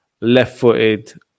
Left-footed